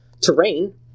terrain